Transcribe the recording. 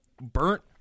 burnt